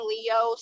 Leo